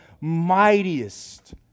mightiest